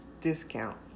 discount